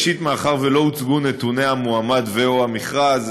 מאחר שלא הוצגו נתוני המועמד ו/או המכרז,